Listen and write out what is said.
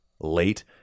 late